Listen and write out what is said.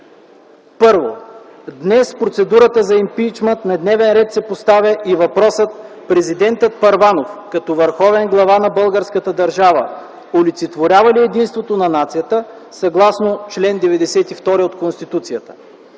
Първо, днес с процедурата за импийчмънт на дневен ред се поставя и въпросът: президентът Първанов като върховен глава на българската държава олицетворява ли единството на нацията, съгласно чл. 92 от Конституцията?